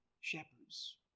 shepherds